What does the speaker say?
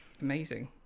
amazing